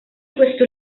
questo